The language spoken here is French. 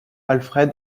alfred